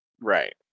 Right